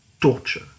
torture